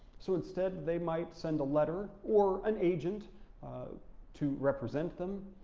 so instead, they might send a letter or an agent to represent them,